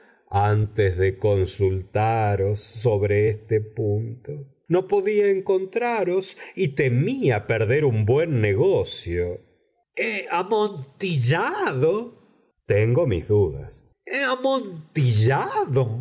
antes de consultaros sobre este punto no podía encontraros y temía perder un buen negocio amontillado tengo mis dudas